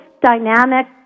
dynamic